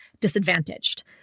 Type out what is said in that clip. disadvantaged